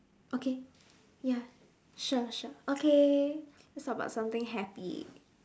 okay ya sure sure okay let's talk about something happy